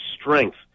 strength